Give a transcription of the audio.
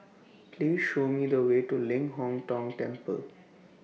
Please Show Me The Way to Ling Hong Tong Temple